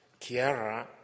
Kiara